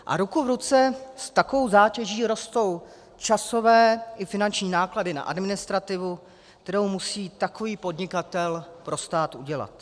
A ruku v ruce s takovou zátěží rostou časové i finanční náklady na administrativu, kterou musí takový podnikatel pro stát udělat.